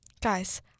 Guys